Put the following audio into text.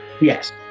Yes